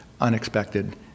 unexpected